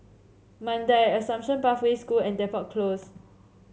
Mandai Assumption Pathway School and Depot Close